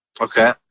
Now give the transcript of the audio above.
Okay